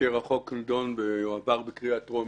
כאשר החוק נדון והועבר בקריאה טרומית,